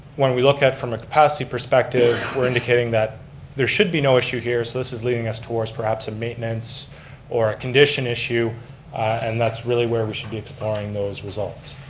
when we look at from a capacity perspective, we're indicating that there should be no issue here, so this is leading us towards perhaps a maintenance or a condition issue and that's really where we should be exploring those results.